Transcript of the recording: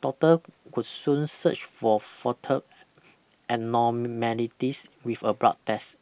doctor could soon search for foetal abnormalities with a blood test